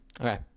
Okay